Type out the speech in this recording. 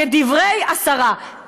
כדברי השרה,